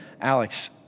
Alex